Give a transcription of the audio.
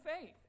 faith